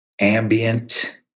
ambient